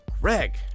Greg